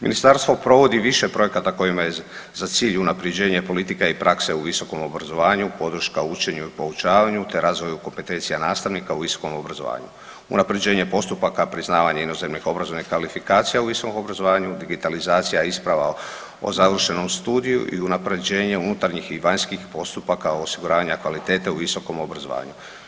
Ministarstvo provodi više projekata kojima je za cilj unapređenje politika i prakse u Visokom obrazovanju, podrška učenju i poučavanju, te razvoju kompetencija nastavnika u Visokom obrazovanju, unapređenje postupaka, priznavanje inozemnih obrazovnih kvalifikacija u Visokom obrazovanju, digitalizacija isprava o završenom studiju i unapređenje unutarnjih i vanjskih postupaka osiguranja kvalitete u Visokom obrazovanju.